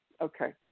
okay